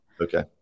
Okay